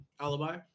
Alibi